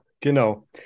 Genau